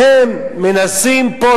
והם מנסים פה,